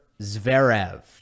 Zverev